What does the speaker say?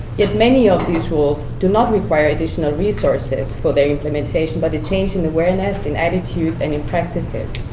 yet many of these rules do not require additional resources for their implementation, but a change in awareness and attitude and in practices.